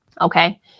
okay